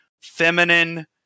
feminine